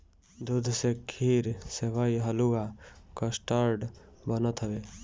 दूध से खीर, सेवई, हलुआ, कस्टर्ड बनत हवे